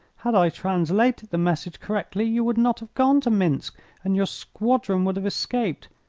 had i translated the message correctly you would not have gone to minsk and your squadron would have escaped.